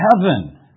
heaven